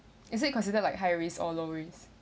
is it considered like high risk or low risk